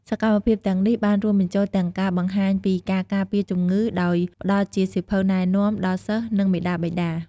សកម្មភាពទាំងនេះបានរួមបញ្ចូលទាំងការបង្ហាញពីការការពារជំងឺ ដោយផ្តល់ជាសៀវភៅណែនាំ ដល់សិស្ស និងមាតាបិតា។